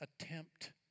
attempt